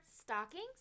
stockings